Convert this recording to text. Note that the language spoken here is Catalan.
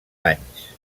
anys